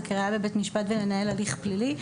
כראייה בבית משפט ולנהל הליך פלילי.